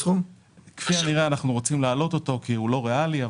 אנחנו רוצים להעלות אותו כי הוא לא ריאלי,